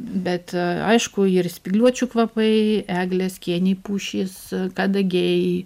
bet aišku ir spygliuočių kvapai eglės kėniai pušys kadagiai